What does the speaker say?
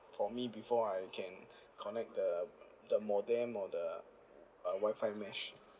for me before I can connect the the modem or the uh wi-fi mesh